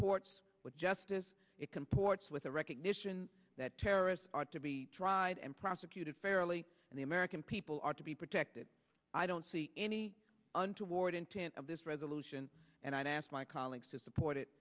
s with justice it comports with a recognition that terrorists are to be tried and prosecuted fairly and the american people are to be protected i don't see any untoward intent of this resolution and i ask my colleagues to support it